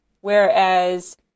whereas